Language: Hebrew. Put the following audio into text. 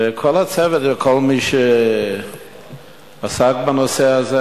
וכל הצוות וכל מי שעסק בנושא הזה,